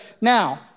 now